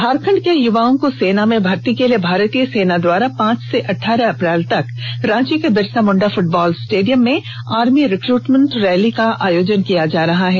झारखण्ड के युवाओं को सेना में भर्ती के लिये भारतीय सेना द्वारा पांच से अठ्ठारह अप्रैल तक रांची के बिरसा मुण्डा फूटबॉल स्टेडियम में आर्मी रिक्रूटमेंट रैली का आयोजन किया जा रहा है